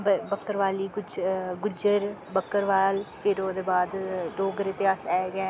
बक्करबाली गुज्जर बक्करबाल फिर ओह्दे बाद डोगरे ते अस है गै ऐ